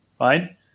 right